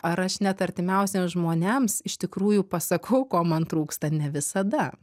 ar aš net artimiausiems žmonėms iš tikrųjų pasakau ko man trūksta ne visada